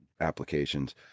applications